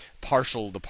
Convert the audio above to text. partial